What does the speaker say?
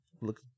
look